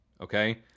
okay